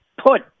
put